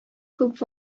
күп